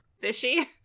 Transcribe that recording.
Fishy